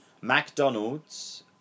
McDonald's